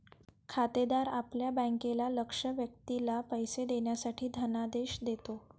खातेदार आपल्या बँकेला लक्ष्य व्यक्तीला पैसे देण्यासाठी धनादेश देतो